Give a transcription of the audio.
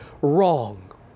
wrong